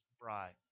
bride